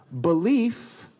belief